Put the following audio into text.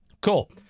Cool